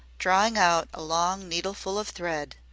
drawing out a long needleful of thread,